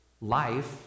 life